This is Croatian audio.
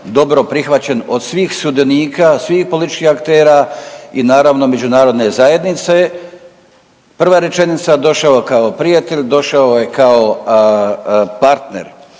dobro prihvaćen od svih sudionika, svih političkih aktera i naravno međunarodne zajednice. Prva rečenica došao je kao prijatelj, došao je kao partner.